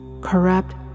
corrupt